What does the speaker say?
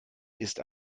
ist